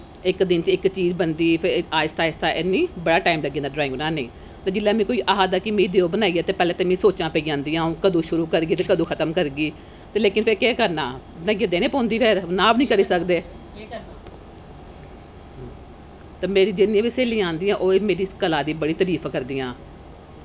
इक दिन बिच्च इक चीज बनदी फिर आस्ता आस्ता फिर हैनी बड़ा टैम लग्गी जंदा ड्राईंग बनाने गी ते जिसलै मिगी कोई आखदा कि देओ बनाइयै ते पैह्ले ते मिगी सोचां पेई जंदियां कदूं शुरु करगी ते कदूं खत्म करगी ते लेकिन केह् करना बनाइयै देने पौंदी फिर नां बी निं करी सकदे ते मेरी जिन्नी बी स्हेलियां आंदियां मेरी कला दी बड़ी तारिफ करदियां